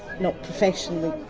not professionally.